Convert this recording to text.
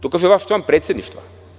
To kaže vaš član predsedništva.